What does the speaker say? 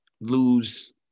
lose